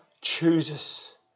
chooses